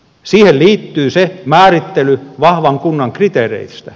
siihen liittyy se määrittely vahvan kunnan kriteereistä